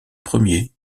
premier